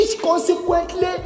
consequently